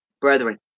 brethren